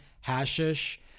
hashish